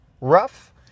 rough